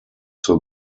zur